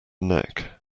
neck